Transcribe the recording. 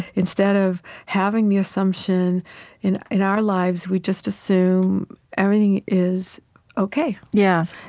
instead of having the assumption in in our lives, we just assume everything is ok yeah.